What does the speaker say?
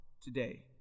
today